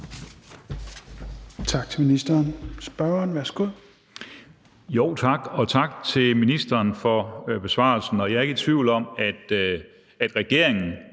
Tak til ministeren. Spørgeren. Kl.